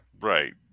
Right